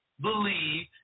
believe